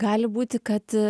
gali būti kad